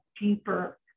deeper